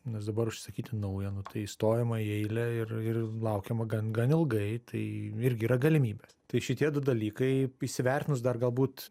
nes dabar užsisakyti naują nu tai stojama į eilę ir ir laukiama gan gan ilgai tai irgi yra galimybės tai šitie du dalykai įsivertinus dar galbūt